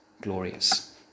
glorious